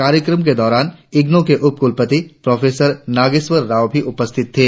कार्यक्रम के दौरान इग्नो के उप कुलपति प्रोफेसर नागेश्वर राव भी उपस्थित थे